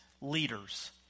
leaders